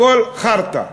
הכול חארטה.